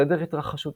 סדר התרחשותם,